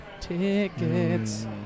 Tickets